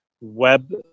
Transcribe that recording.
web